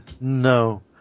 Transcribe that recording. no